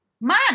Man